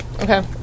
Okay